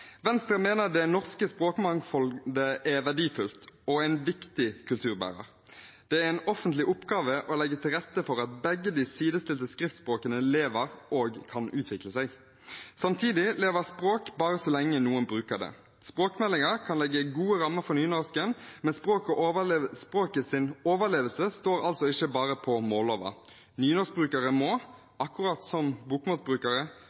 Venstre mener det norske språkmangfoldet er verdifullt og en viktig kulturbærer. Det er en offentlig oppgave å legge til rette for at begge de sidestilte skriftspråkene lever og kan utvikle seg. Samtidig lever et språk bare så lenge noen bruker det. Språkmeldingen kan legge gode rammer for nynorsken, men språkets overlevelse står altså ikke bare på målloven. Nynorskbrukere må, akkurat som bokmålsbrukere,